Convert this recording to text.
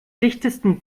dichtesten